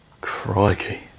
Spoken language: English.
crikey